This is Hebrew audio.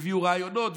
הביאו רעיונות,